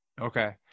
okay